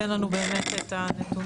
תן לנו באמת את הנתונים.